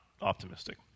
optimistic